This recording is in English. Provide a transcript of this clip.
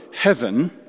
heaven